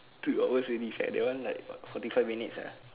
two hours already sia that one like forty five minutes ah